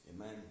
Amen